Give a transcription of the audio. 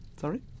Sorry